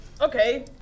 okay